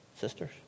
sisters